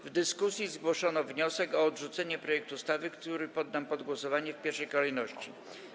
W dyskusji zgłoszono wniosek o odrzucenie projektu ustawy, który poddam pod głosowanie w pierwszej kolejności.